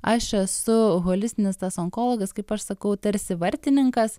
aš esu holistinis tas onkologas kaip aš sakau tarsi vartininkas